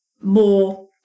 more